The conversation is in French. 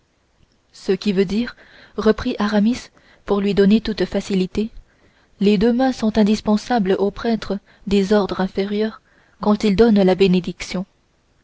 ce qui veut dire reprit aramis pour lui donner toute facilité les deux mains sont indispensables aux prêtres des ordres inférieurs quand ils donnent la bénédiction